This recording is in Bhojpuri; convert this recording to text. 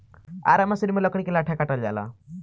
आरा मसिन में लकड़ी के लट्ठा काटल जाला